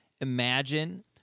imagine